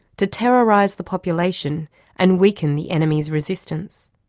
to terrorise the population and weaken the enemy's resistance.